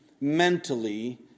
mentally